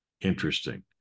interesting